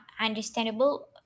understandable